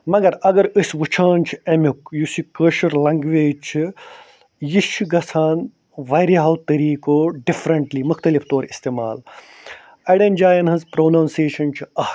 مگر اگر أسۍ وٕچھان چھِ اَمیُک یُس یہِ کٲشُر لنٛگویج چھِ یہِ چھِ گَژھان وارِیاہو طٔریٖقو ڈِفرنٛٹلی مٔختلِف طور استعمال اَڑٮ۪ن جاین ہٕنٛز پرٛونَنسیشَن چھِ اکھ